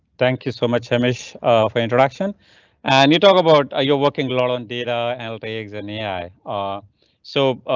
thank you so much. amish of interaction and you talk about ah your working alot on data analytics and ai ah so.